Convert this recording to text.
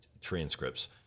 transcripts